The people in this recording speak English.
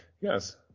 Yes